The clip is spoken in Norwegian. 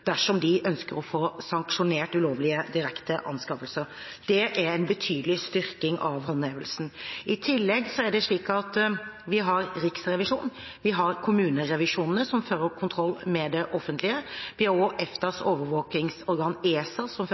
dersom de ønsker å få sanksjonert ulovlige direkte anskaffelser. Det er en betydelig styrking av håndhevelsen. I tillegg er det slik at vi har Riksrevisjonen og kommunerevisjonene, som fører kontroll med det offentlige. Vi har også EFTAs overvåkingsorgan ESA, som